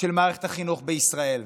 של מערכת החינוך בישראל.